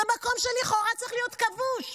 זה מקום שלכאורה צריך להיות כבוש.